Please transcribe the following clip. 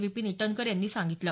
विपीन इटनकर यांनी सांगितलं